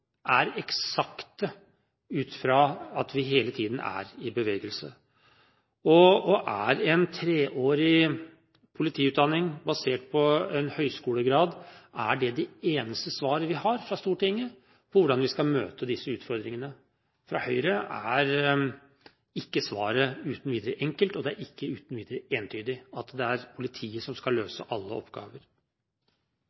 er eksakte ut fra at vi hele tiden er i bevegelse. Er en treårig politiutdanning basert på en høgskolegrad det eneste svaret vi har fra Stortinget på hvordan vi skal møte disse utfordringene? Fra Høyre er ikke svaret uten videre enkelt, og det er ikke uten videre entydig at det er politiet som skal